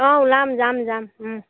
অঁ ওলাম যাম যাম